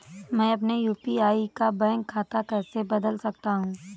मैं अपने यू.पी.आई का बैंक खाता कैसे बदल सकता हूँ?